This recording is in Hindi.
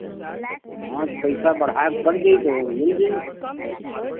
हाँ तो पैसा बढ़ाए बढ़ जाई तो मिल जाई